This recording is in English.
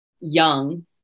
young